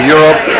Europe